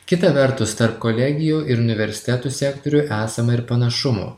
kita vertus tarp kolegijų ir universitetų sektorių esama ir panašumų